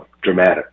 dramatic